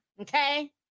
Okay